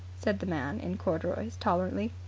said the man in corduroys tolerantly.